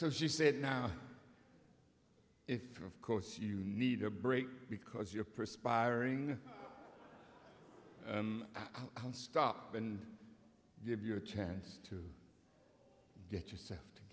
so she said now if of course you need a break because you're perspiring on stop and give you a chance to get yourself